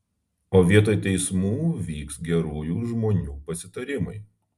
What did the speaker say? o vietoj teismų vyks gerųjų žmonių pasitarimai